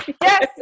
Yes